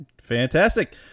Fantastic